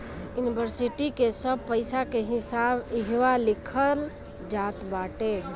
इन्वरसिटी के सब पईसा के हिसाब इहवा लिखल जात बाटे